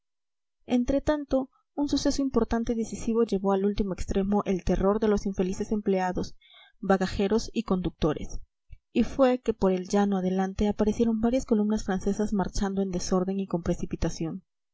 entretanto un suceso importante y decisivo llevó al último extremo el terror de los infelices empleados bagajeros y conductores y fue que por el llano adelante aparecieron varias columnas francesas marchando en desorden y con precipitación